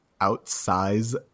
outsize